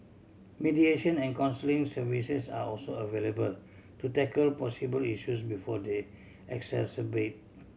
mediation and counselling services are also available to tackle possibly issues before they exacerbate